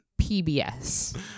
PBS